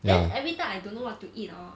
then everytime I don't know what to eat hor